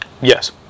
Yes